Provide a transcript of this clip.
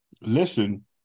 listen